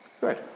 Good